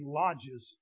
lodges